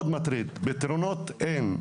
פתרונות אין.